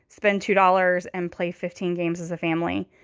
spend two dollars and play fifteen games as a family.